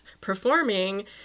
performing